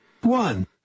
one